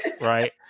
right